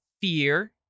fear